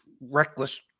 reckless